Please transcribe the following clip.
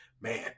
Man